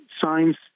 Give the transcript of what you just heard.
signs